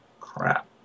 Crap